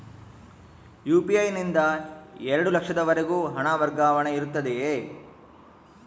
UPI ನಿಂದ ಎರಡು ಲಕ್ಷದವರೆಗೂ ಹಣ ವರ್ಗಾವಣೆ ಇರುತ್ತದೆಯೇ?